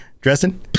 Dresden